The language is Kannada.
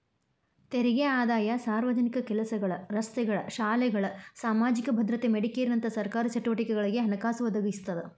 ತೆರಿಗೆ ಆದಾಯ ಸಾರ್ವಜನಿಕ ಕೆಲಸಗಳ ರಸ್ತೆಗಳ ಶಾಲೆಗಳ ಸಾಮಾಜಿಕ ಭದ್ರತೆ ಮೆಡಿಕೇರ್ನಂತ ಸರ್ಕಾರಿ ಚಟುವಟಿಕೆಗಳಿಗೆ ಹಣಕಾಸು ಒದಗಿಸ್ತದ